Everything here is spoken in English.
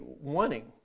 wanting